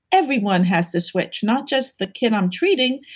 everyone has to switch, not just the kid i'm treating.